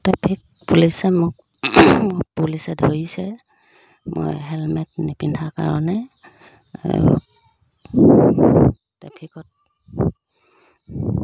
traffic পুলিচে মোক মোক পুলিচে ধৰিছে মই হেলমেট নিপিন্ধা কাৰণে আৰু ট্ৰেফিকত